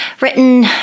written